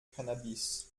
cannabis